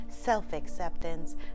self-acceptance